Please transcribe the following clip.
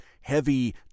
heavy